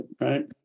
right